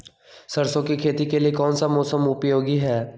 सरसो की खेती के लिए कौन सा मौसम उपयोगी है?